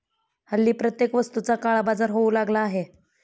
हल्ली प्रत्येक वस्तूचा काळाबाजार होऊ लागला आहे